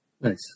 Nice